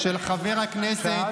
אתה נותן.